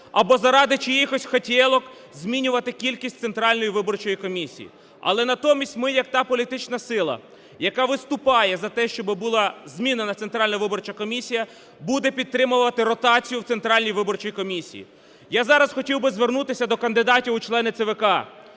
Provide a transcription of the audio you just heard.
або заради чиїхось хотєлок змінювати кількість Центральної виборчої комісії. Але натомість ми як та політична сила, яка виступає за те, щоб була змінена Центральна виборча комісія, буде підтримувати ротацію в Центральній виборчій комісії. Я зараз хотів би звернутися до кандидатів у члени ЦВК.